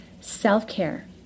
self-care